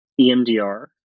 EMDR